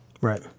Right